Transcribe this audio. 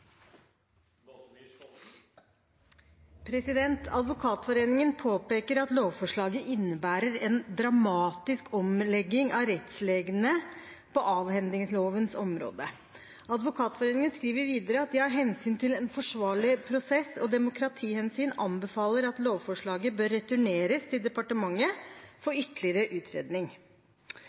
Advokatforeningen påpeker at lovforslaget innebærer en dramatisk omlegging av rettsreglene på avhendingslovens område. Advokatforeningen skriver videre at de av hensyn til en forsvarlig prosess og demokratihensyn anbefaler at lovforslaget bør returneres til departementet for ytterligere utredning.